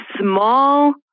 small